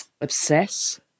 obsess